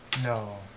no